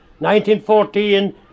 1914